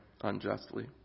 unjustly